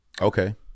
Okay